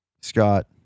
Scott